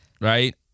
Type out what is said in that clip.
right